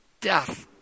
Death